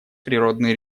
природные